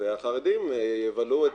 והחרדים יבלו את